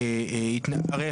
הרי,